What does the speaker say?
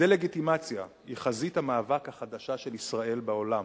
הדה-לגיטימציה היא חזית המאבק החדשה של ישראל בעולם.